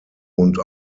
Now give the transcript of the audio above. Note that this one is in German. und